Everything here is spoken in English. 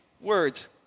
words